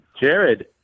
Jared